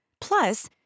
Plus